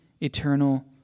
eternal